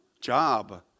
job